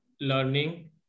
learning